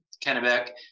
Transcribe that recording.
Kennebec